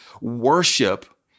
worship